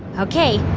ok.